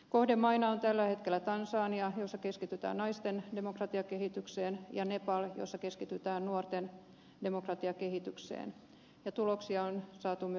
kohdemaina ovat tällä hetkellä tansania jossa keskitytään naisten demokratiakehitykseen ja nepal jossa keskitytään nuorten demokratiakehitykseen ja tuloksia on saatu myös aikaan